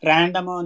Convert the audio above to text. Random